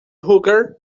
hooker